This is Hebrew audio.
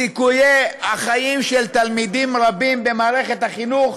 סיכויי החיים של תלמידים רבים במערכת החינוך